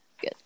Good